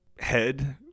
head